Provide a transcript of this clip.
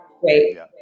Great